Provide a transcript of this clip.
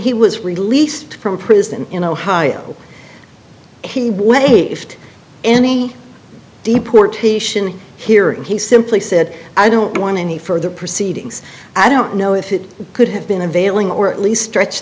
he was released from prison in ohio he blazed any deportation hearing he simply said i don't want any further proceedings i don't know if it could have been availing or at least stretch